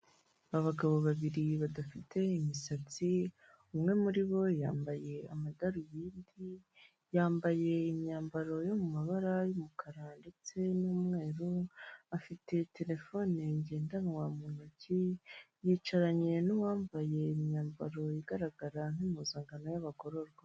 Abagabo babiri badafite imisatsi umwe muri bo yambaye amadarubindi, yambaye imyambaro yo mu mabara y'umukara, ndetse n'umweru afite terefone ngendanwa mu ntoki yicaranye n'uwambaye imyambaro igaragara nk'impuzankano y'abagororwa.